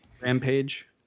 Rampage